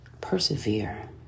persevere